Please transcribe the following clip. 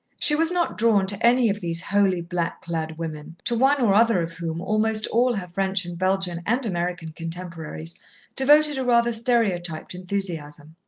she was not drawn to any of these holy, black-clad women, to one or other of whom almost all her french and belgian and american contemporaries devoted a rather stereotyped enthusiasm.